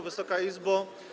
Wysoka Izbo!